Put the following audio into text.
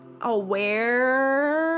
aware